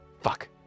fuck